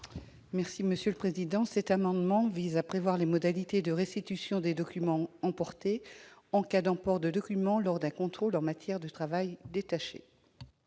Mme Chantal Deseyne. Cet amendement vise à prévoir les modalités de restitution des documents emportés, en cas d'emport de documents lors d'un contrôle en matière de travail détaché.